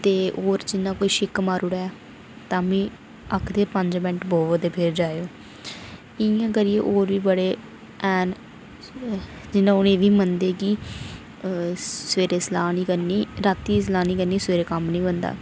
ते और जि'यां कोई छिक्क मारूड़ै तां प्ही आखदे पंज मैंट बवो ते प्ही जाएओ इ'यां करियै होर बी बड़े हैन जि'यां हून एह् बी मनदे कि सवेरै सलाह् निं करनी राती सलाह् निं करनी सवेरे कम्म निं बनदा